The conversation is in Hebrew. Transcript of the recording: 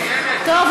טוב,